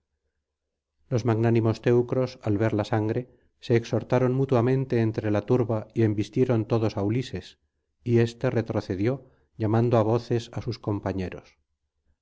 los magnánimos teucros al ver la sangre se exhortaron mutuamente entre la turba y embistieron todos á ulises y éste retrocedió llamando á voces á sus compañeros